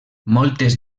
moltes